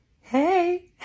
hey